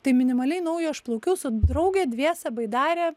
tai minimaliai naujo aš plaukiau su drauge dviese baidare